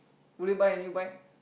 would you buy a new bike